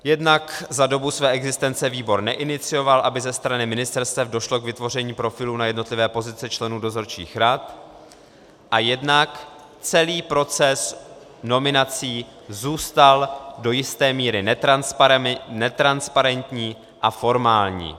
Jednak za dobu své existence výbor neinicioval, aby ze strany ministerstev došlo k vytvoření profilů na jednotlivé pozice členů dozorčích rad, a jednak celý proces nominací zůstal do jisté míry netransparentní a formální.